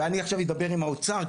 ואני עכשיו אדבר עם האוצר,